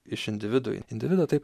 iš individo į individą taip